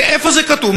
ואיפה זה כתוב?